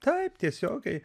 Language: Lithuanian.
taip tiesiogiai